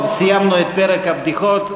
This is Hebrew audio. טוב, סיימנו את פרק הבדיחות.